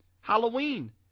Halloween